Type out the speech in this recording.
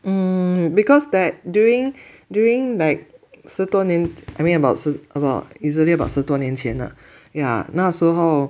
um because that during during like 十多年 I mean about 十 about easily about 十多年前啦 yeah 那时候